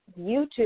YouTube